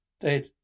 Dead